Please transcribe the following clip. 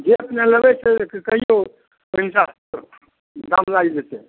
जे अपने लेबै से कहिऔ ओहि हिसाब सऽ दाम लागि जेतै